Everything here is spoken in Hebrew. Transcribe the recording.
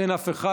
אין אף אחד.